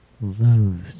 loves